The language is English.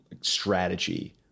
strategy